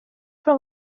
från